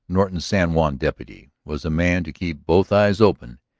norton's san juan deputy, was a man to keep both eyes open,